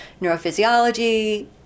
neurophysiology